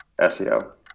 SEO